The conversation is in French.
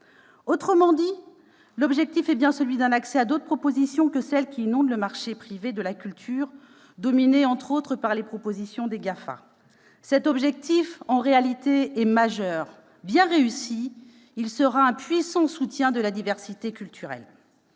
Autrement dit, l'objectif est bien celui d'un accès à d'autres propositions que celles qui inondent le marché privé de la culture, qui est dominé, notamment, par les offres des GAFA. Cet objectif, en réalité, est majeur. Si l'on y parvient, ce sera un puissant soutien de la diversité culturelle.